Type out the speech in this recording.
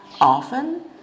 Often